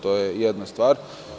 To je jedna stvar.